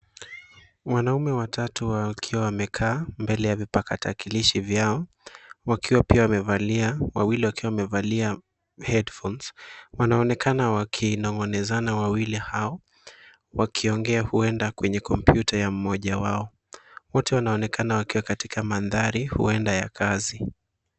Wanaume watatu wakiwa wamekaa mbele ya vipatakalishi vyao, wakiwa pia wamevalia, wawili wakiwa wamevalia headphones . Wanaonekana wakinong'onezana wawili hao, wakiongea huenda kwenye computer huenda ya mmoja hao. Wote wanaonekana wakiwa katika mandhari, huenda ya kazi.